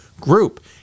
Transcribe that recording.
group